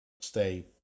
stay